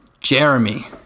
Jeremy